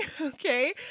okay